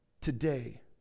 today